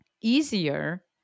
Easier